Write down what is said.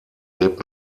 lebt